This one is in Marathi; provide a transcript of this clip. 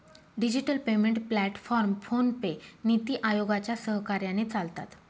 डिजिटल पेमेंट प्लॅटफॉर्म फोनपे, नीति आयोगाच्या सहकार्याने चालतात